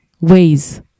Ways